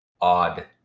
odd